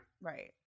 Right